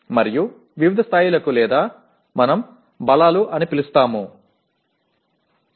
மாறுபடும் நிலைகளை நாம் பலம் என்று அழைக்கிறோம்